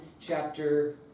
chapter